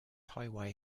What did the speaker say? highway